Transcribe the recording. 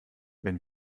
wenn